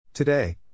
Today